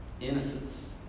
Innocence